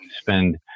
spend